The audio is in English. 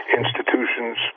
institutions